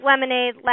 lemonade